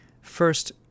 First